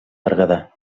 berguedà